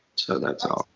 so that's all.